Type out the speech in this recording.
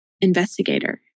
investigator